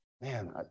man